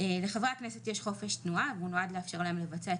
לחברי הכנסת יש חופש תנועה והוא נועד לאפשר להם לבצע את